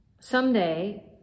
Someday